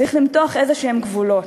צריך למתוח איזשהם גבולות.